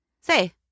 Say